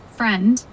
friend